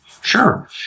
Sure